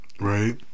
Right